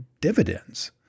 dividends